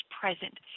present